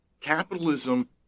Capitalism